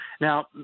Now